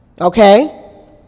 Okay